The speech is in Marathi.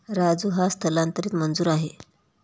राजू हा स्थलांतरित मजूर आहे